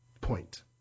Point